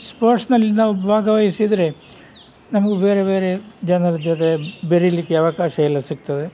ಸ್ಪೋರ್ಟ್ನಲ್ಲಿ ನಾವು ಭಾಗವಹಿಸಿದರೆ ನಮ್ಗೆ ಬೇರೆ ಬೇರೆ ಜನರ ಜೊತೆ ಬೆರೀಲಿಕ್ಕೆ ಅವಕಾಶ ಎಲ್ಲ ಸಿಗ್ತದೆ